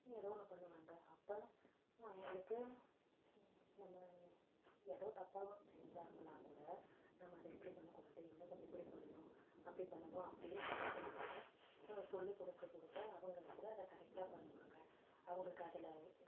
ஏதோ ஒன்று பண்ணுவாங்க அப்போ அவங்களுக்கு நம்ம ஏதோ தப்பாகவோ செஞ்சாங்கன்னால் கூட நம்ம அதை இப்படி பண்ணக்கூடாது இன்னும் கொஞ்சம் இப்படி பண்ணணும் அப்படி பண்ணணும் அப்படின்னு பேசினோன்னா சொல்லிக் கொடுக்க கொடுக்க அவங்க வந்து அதை கரெக்டாக பண்ணுவாங்க அவங்களுக்கு அதில்